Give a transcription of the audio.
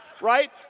Right